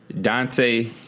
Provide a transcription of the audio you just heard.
Dante